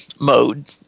mode